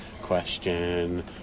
question